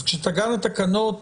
אז כשתגענה תקנות,